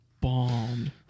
bombed